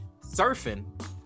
surfing